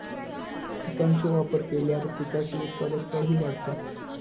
खतांचो वापर केल्यार पिकाची उत्पादकताही वाढता